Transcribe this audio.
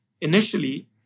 initially